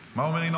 מה אומר ינון?